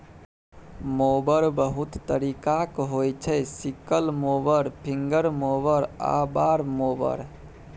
mower बहुत तरीकाक होइ छै सिकल मोबर, फिंगर मोबर आ बार मोबर